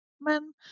men